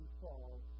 fall